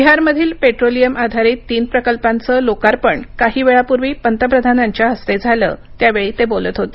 बिहारमधील पेट्रोलियम आधारित तीन प्रकल्पांचं लोकार्पण काही वेळापूर्वी पंतप्रधानांच्या हस्ते झालं त्यावेळी ते बोलत होते